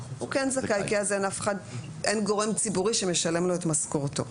הוא כן זכאי כי אז אין גורם ציבורי שמשלם לו את משכורתו.